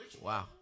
Wow